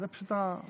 זה פשוט, כנסת נכבדה.